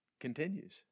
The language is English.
Continues